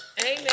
Amen